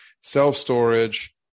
self-storage